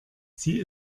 sie